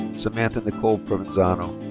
samantha nicole provenzano.